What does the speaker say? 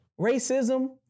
racism